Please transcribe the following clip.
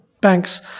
banks